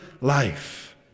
life